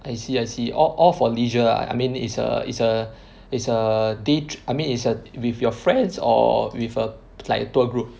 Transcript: I see I see all all for leisure ah I mean it's a it's a it's a day tri~ I mean it's a with your friends or with a like a tour group